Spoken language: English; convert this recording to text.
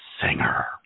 singer